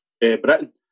Britain